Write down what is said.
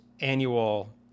annual